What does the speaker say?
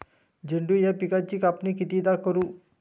झेंडू या पिकाची कापनी कितीदा करू?